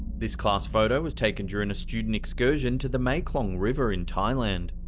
this class photo was taken during a student excursion to the mae klong river in thailand.